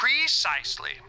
Precisely